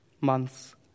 months